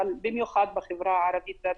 אבל במיוחד בחברה הערבית בדרום,